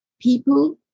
people